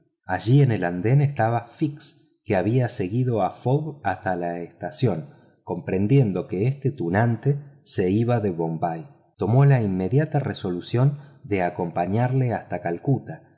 allí en el andén estaba fix que había seguido a fogg hasta la estación comprendiendo que este tunante se iba de bombay tomó la inmediata resolución de acompañarlo hasta calcuta